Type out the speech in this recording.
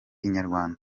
inyarwanda